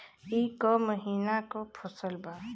ई क महिना क फसल बा?